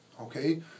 Okay